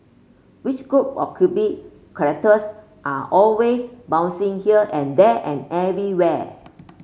which group of characters are always bouncing here and there and everywhere